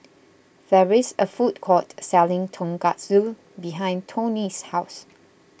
there is a food court selling Tonkatsu behind Tony's house